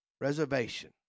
reservation